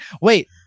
Wait